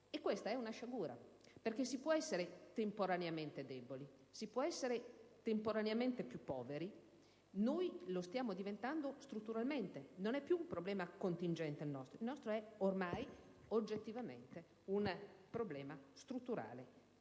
e questa è una sciagura perché si può essere temporaneamente deboli, si può essere temporaneamente più poveri, ma noi lo stiamo diventando strutturalmente. Non è più un problema contingente, il nostro: il nostro, ormai, è oggettivamente un problema strutturale,